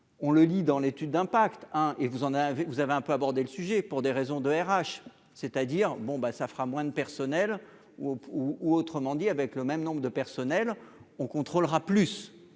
on le lit dans l'étude d'impact, hein, et vous en avez, vous avez un peu abordé le sujet, pour des raisons de RH, c'est-à-dire bon bah, ça fera moins de personnel, ou autrement dit, avec le même nombre de personnels on contrôlera plus